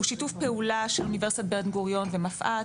הוא שיתוף פעולה של אוניברסיטת בן גוריון ומפא"ת,